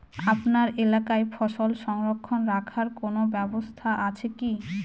আপনার এলাকায় ফসল সংরক্ষণ রাখার কোন ব্যাবস্থা আছে কি?